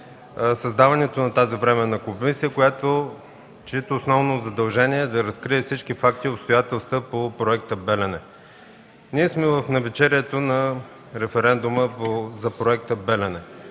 създаването на Временната комисия, чието основно задължение е да разкрие всички факти и обстоятелства по проекта „Белене”. Ние сме в навечерието на референдума за проекта „Белене”